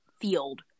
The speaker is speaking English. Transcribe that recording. field